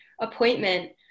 appointment